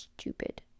stupid